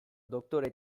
doktore